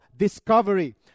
discovery